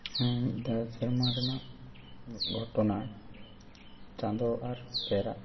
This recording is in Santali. ᱦᱮᱸ ᱢᱤᱫ ᱫᱷᱟᱶ ᱥᱮᱨᱢᱟ ᱨᱮᱱᱟᱜ ᱜᱷᱚᱴᱚᱱᱟ ᱪᱟᱸᱫᱳ ᱟᱨ ᱵᱮᱨ